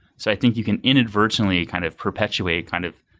so i think you can inadvertently kind of perpetuate kind of